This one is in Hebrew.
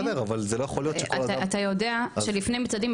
אתה יודע שלפני מצעדים,